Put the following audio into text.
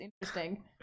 interesting